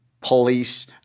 police